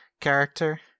character